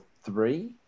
three